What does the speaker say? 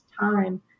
time